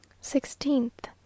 sixteenth